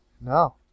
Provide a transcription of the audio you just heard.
No